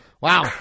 Wow